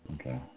Okay